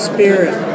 Spirit